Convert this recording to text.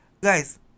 Guys